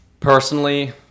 Personally